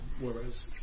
whereas